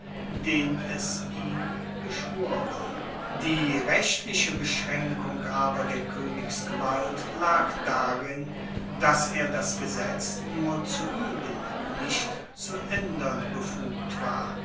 den es ihm geschworen die rechtliche beschraenkung aber der koenigsgewalt lag darin dass er das gesetz nur zu ueben nicht zu aendern befugt war